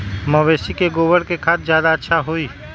मवेसी के गोबर के खाद ज्यादा अच्छा होई?